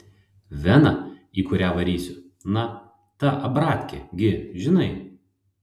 vena į kurią varysiu na ta abratkė gi žinai